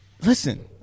Listen